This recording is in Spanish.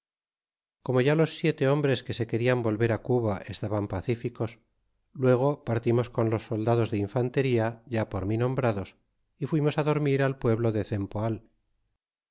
como ya los siete hombres que se querian volver á cuba estaban pacíficos luego partimos con los soldados de infantería ya por mí nombrados y fuimos dormir al pueblo de cempoal